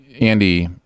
Andy